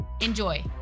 Enjoy